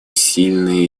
сильные